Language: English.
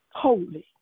holy